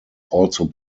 also